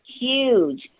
huge